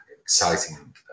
exciting